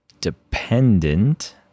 dependent